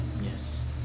yes